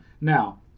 Now